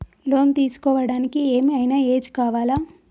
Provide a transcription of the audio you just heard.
Loan తీస్కోవడానికి ఏం ఐనా ఏజ్ కావాలా?